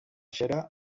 xera